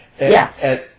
Yes